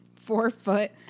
four-foot